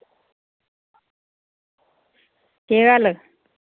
केह् गल्ल